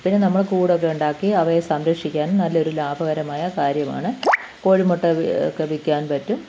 പിന്നെ നമ്മൾ കൂടൊക്കെ ഉണ്ടാക്കി അവയെ സംരക്ഷിക്കാനും നല്ലൊരു ലാഭകരമായ കാര്യമാണ് കോഴിമുട്ട ഒക്കെ വിൽക്കാൻ പറ്റും